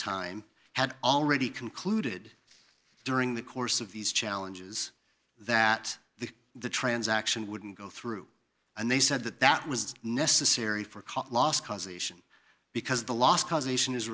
time had already concluded during the course of these challenges that the the transaction wouldn't go through and they said that that was necessary for cost loss causation because the loss causation is